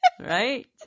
Right